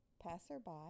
Passerby